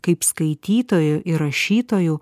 kaip skaitytojų ir rašytojų